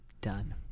done